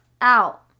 out